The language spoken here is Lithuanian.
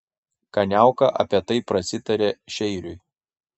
kaniauka apie tai prasitarė šeiriui